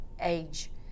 age